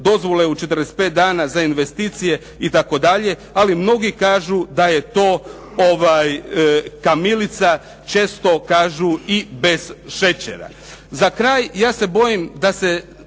dozvole u 45 dana za investicije itd.. Ali mnogi kažu da je to kamilica, često kažu i bez šećera. Za kraj, ja se bojim da se